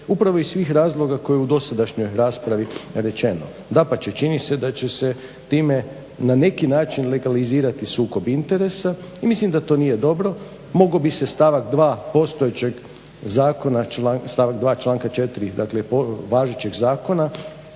upravo iz svih razloga koji u dosadašnjoj raspravi rečeno. Dapače, čini se da će se time na neki način legalizirati sukob interesa i mislim da to nije dobro. Mogao bi se stavak 2. postojećeg zakona stavak 2. članka 4., dakle važećeg zakona